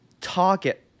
target